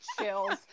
Chills